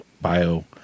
bio